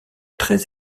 très